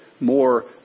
More